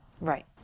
Right